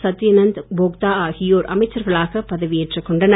சத்தியநந்த் போக்தா ஆகியோர் அமைச்சர்களாக பதவி ஏற்றுக் கொண்டனர்